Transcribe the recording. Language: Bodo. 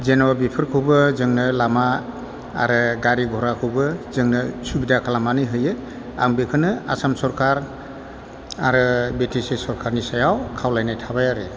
जेन' बेफोरखौबो जोंनो लामा आरो गारि गराखौबो जोंनो सुबिदा खालामनानै होयो आं बेखौनो आसाम सरखार आरो बि टि सि सरखारनि सायाव खावलायनाय थाबाय आरो